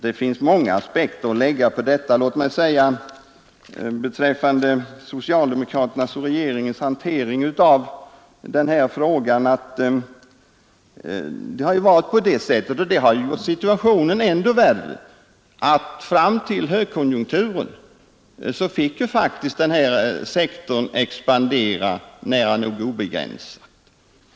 Det finns många aspekter att anlägga beträffande socialdemokraternas och regeringens hantering av denna fråga. Det har ju faktiskt varit så — och det har gjort situationen ännu värre — att fram till högkonjunkturen fick den här sektorn expandera nära nog obegränsat.